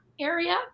area